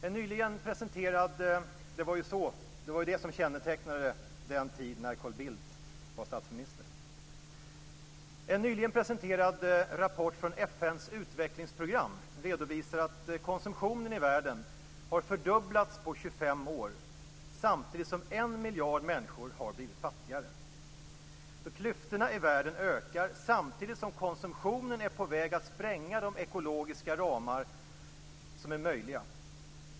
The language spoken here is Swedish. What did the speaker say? Men det är sådant som kännetecknade Carl Bildts tid som statsminister. I en nyligen presenterad rapport från FN:s utvecklingsprogram redovisas att konsumtionen i världen har fördubblats på 25 år samtidigt som en miljard människor har blivit fattigare. Klyftorna i världen ökar samtidigt som konsumtionen är på väg att spränga de ekologiska ramar som är möjliga.